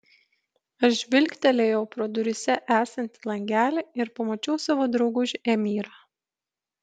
aš žvilgtelėjau pro duryse esantį langelį ir pamačiau savo draugužį emyrą